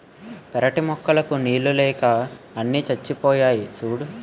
పెరటి మొక్కలకు నీళ్ళు లేక అన్నీ చచ్చిపోయాయి సూడూ